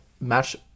match